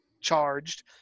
charged